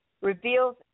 reveals